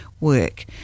work